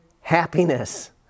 happiness